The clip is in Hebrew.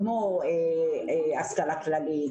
כמו השכלה כללית,